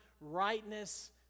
rightness